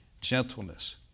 gentleness